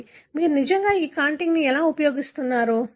మీరు నిజంగా ఈ కాంటిగ్ను ఎలా ఉపయోగిస్తున్నారు